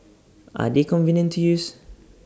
are they convenient to use